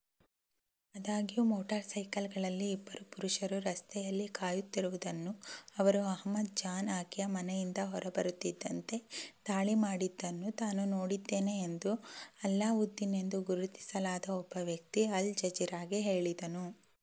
ಆದಾಗ್ಯೂ ಮೋಟರ್ಸೈಕಲ್ಗಳಲ್ಲಿ ಇಬ್ಬರು ಪುರುಷರು ರಸ್ತೆಯಲ್ಲಿ ಕಾಯುತ್ತಿರುವುದನ್ನು ಅವರು ಅಹ್ಮದ್ ಜಾನ್ ಆಕೆಯ ಮನೆಯಿಂದ ಹೊರಬರುತ್ತಿದ್ದಂತೆ ದಾಳಿ ಮಾಡಿದ್ದನ್ನು ತಾನು ನೋಡಿದ್ದೇನೆ ಎಂದು ಅಲ್ಲಾವುದ್ದಿನ್ ಎಂದು ಗುರುತಿಸಲಾದ ಒಬ್ಬ ವ್ಯಕ್ತಿ ಅಲ್ ಜಜಿರಾಗೆ ಹೇಳಿದನು